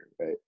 right